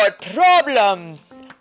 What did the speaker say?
problems